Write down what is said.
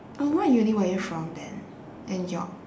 oh what uni were you from then and york